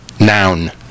noun